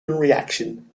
reaction